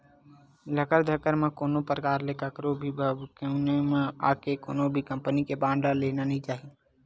लकर धकर म कोनो परकार ले कखरो भी भभकउनी म आके कोनो भी कंपनी के बांड ल लेना नइ चाही